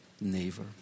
neighbor